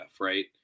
Right